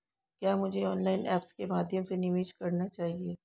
क्या मुझे online apps के माध्यम से निवेश करना चाहिए?